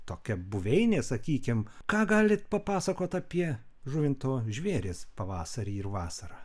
tokia buveinė sakykim ką galit papasakot apie žuvinto žvėris pavasarį ir vasarą